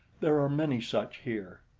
there are many such here.